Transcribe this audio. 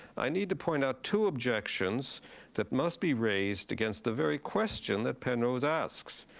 i need to point out two objections that must be raised against the very question that penrose asks,